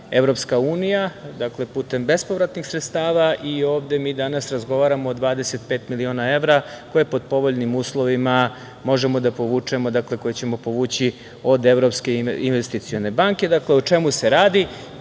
finansira EU, dakle, putem bespovratnih sredstava. Ovde mi danas razgovaramo o 25 miliona evra koje pod povoljnim uslovima možemo da povučemo, dakle, koje ćemo povući od Evropske investicione banke.O čemu se radi?